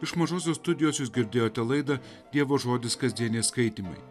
iš mažosios studijos jūs girdėjote laidą dievo žodis kasdieniai skaitymai